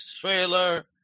trailer